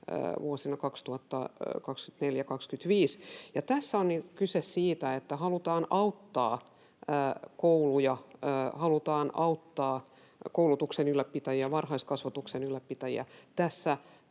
vuosina 2024—25. Tässä on kyse siitä, että halutaan auttaa kouluja, halutaan auttaa koulutuksen ylläpitäjiä, varhaiskasvatuksen ylläpitäjiä tässä